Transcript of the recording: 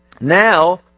Now